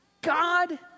God